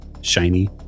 shiny